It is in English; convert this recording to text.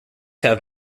have